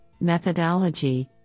Methodology